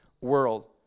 world